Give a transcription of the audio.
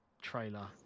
trailer